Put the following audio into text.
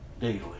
daily